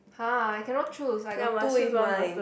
I cannot choose I got two with my